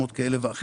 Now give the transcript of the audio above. בוקר טוב לכולם,